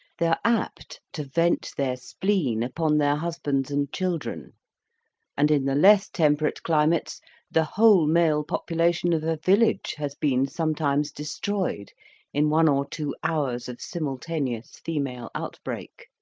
they are apt to vent their spleen upon their husbands and children and in the less temperate climates the whole male population of a village has been sometimes destroyed in one or two hours of simultaneous female outbreak.